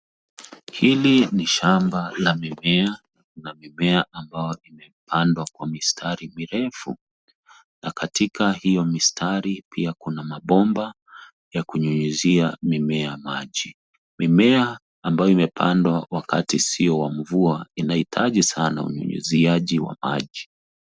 Hili ni shamba la mimea, na mimea ambao imepandwa kwa mistari mirefu, na katika hiyo mistari, pia kuna mabomba ya kunyunyizia mimea maji. Mimea ambayo imepandwa wakati sio wa mvua inahitaji sana unyunyiziaji wa maji.